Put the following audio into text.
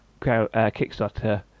Kickstarter